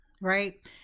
right